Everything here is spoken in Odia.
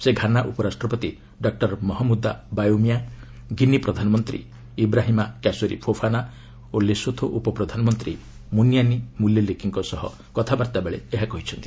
ସେ ଘାନା ଉପରାଷ୍ଟ୍ରପତି ଡକ୍କର ମହଞ୍ଜୁଦା ବାଓ୍ୱମିଆଁ ଗିନି ପ୍ରଧାନମନ୍ତ୍ରୀ ଇବ୍ରାହିମା କ୍ୟାସୋରି ଫୋଫାନା ଓ ଲେସୋଥୋ ଉପପ୍ରଧାନମନ୍ତ୍ରୀ ମୁନିୟାନି ମୁଲେଲିକିଙ୍କ ସହ କଥାବାର୍ତ୍ତା ବେଳେ ଏହା କହିଛନ୍ତି